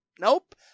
nope